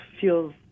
feels